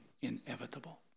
inevitable